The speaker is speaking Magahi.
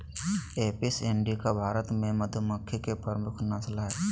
एपिस इंडिका भारत मे मधुमक्खी के प्रमुख नस्ल हय